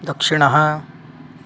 दक्षिणः